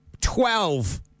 Twelve